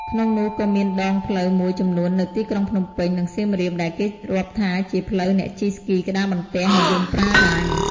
ក្នុងនោះក៏មានដងផ្លូវមួយចំនួននៅទីក្រុងភ្នំពេញ និងសៀមរាបដែលគេរាប់ថាជាផ្លូវអ្នកជិះស្គីក្ដារបន្ទះនិយមប្រើដែរ។